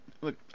look